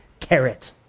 carrot